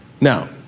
Now